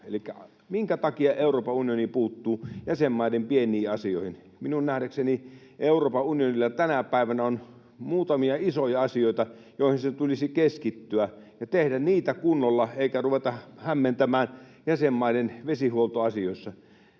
Elikkä minkä takia Euroopan unioni puuttuu jäsenmaiden pieniin asioihin? Minun nähdäkseni Euroopan unionilla tänä päivänä on muutamia isoja asioita, joihin sen tulisi keskittyä ja tehdä niitä kunnolla, eikä ruveta hämmentämään jäsenmaiden vesihuoltoasioissa.